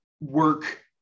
work